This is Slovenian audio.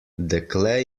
dekle